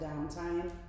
downtime